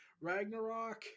Ragnarok